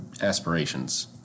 aspirations